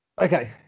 Okay